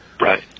Right